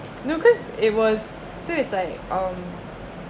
no cause it was so it's like um